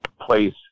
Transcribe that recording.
place